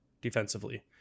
defensively